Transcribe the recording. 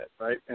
right